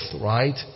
right